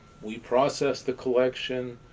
we processed the collection,